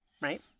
Right